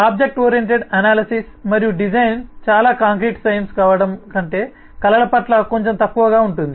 object oriented analysis మరియు design చాలా concrete science కావడం కంటే కళల పట్ల కొంచెం తక్కువగా ఉంటుంది